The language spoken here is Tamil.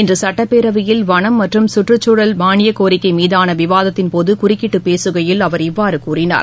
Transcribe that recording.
இன்று சுட்டப்பேரவையில் வனம் மற்றும் சுற்றுச்சூழல் மானியக்கோரிக்கை மீதான விவாதத்தின்போது குறுக்கிட்டு பேசுகையில் அவர் இவ்வாறு கூறினார்